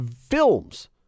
films